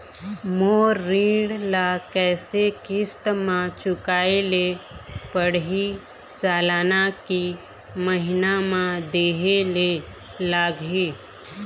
मोर ऋण ला कैसे किस्त म चुकाए ले पढ़िही, सालाना की महीना मा देहे ले लागही?